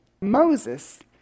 Moses